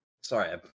Sorry